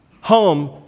home